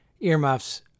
earmuffs